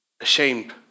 ashamed